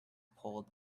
pulled